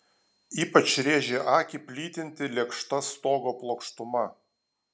ypač rėžė akį plytinti lėkšta stogo plokštuma